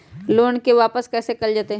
Loan के वापस कैसे कैल जतय?